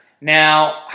Now